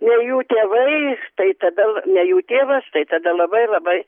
ne jų tėvai tai tada ne jų tėvas tai tada labai labai